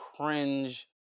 cringe